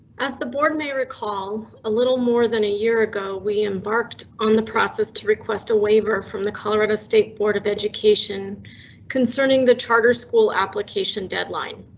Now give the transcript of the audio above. as the board may recall, a little more than a year ago, we embarked on the process to request a waiver from the colorado state board of education concerning the charter school application deadline.